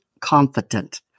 Confident